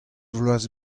vloaz